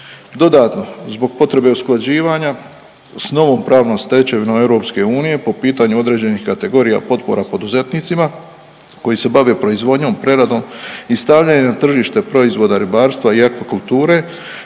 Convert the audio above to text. Dodatno zbog potrebe usklađivanja sa novom pravnom stečevinom EU po pitanju određenih kategorija potpora poduzetnicima koji se bave proizvodnjom, preradom i stavljanjem na tržište proizvoda ribarstva i aquakulture